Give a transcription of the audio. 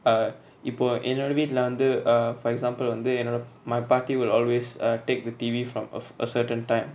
uh இப்ப என்னோட வீட்ல வந்து:ippa ennoda veetla vanthu uh for example வந்து என்னோட:vanthu ennoda my patti will always err take the T_V from of a certain time